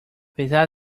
pesar